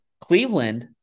Cleveland